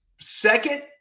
second